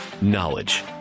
knowledge